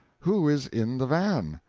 who is in the van?